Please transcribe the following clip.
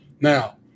Now